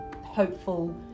hopeful